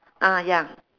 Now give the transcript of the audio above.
ah ya